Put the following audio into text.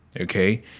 okay